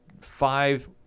five